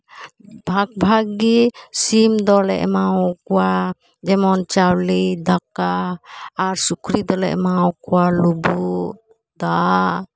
ᱵᱷᱟᱜᱽ ᱵᱷᱟᱜᱽ ᱜᱮ ᱥᱤᱢ ᱫᱚᱞᱮ ᱮᱢᱟᱣᱟᱠᱚᱣᱟ ᱡᱮᱢᱚᱱ ᱪᱟᱣᱞᱮ ᱫᱟᱠᱟ ᱟᱨ ᱥᱩᱠᱨᱤ ᱫᱚᱞᱮ ᱮᱢᱟᱣᱟᱠᱚᱣᱟ ᱞᱩᱵᱩᱜ ᱫᱟᱜ